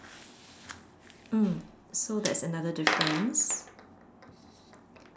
mm so that's another difference